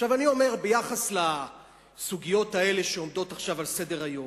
אני אומר ביחס לסוגיות האלה שעומדות עכשיו על סדר-היום: